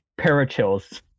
Parachills